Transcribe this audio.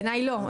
בעיניי לא.